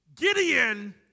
Gideon